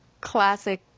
classic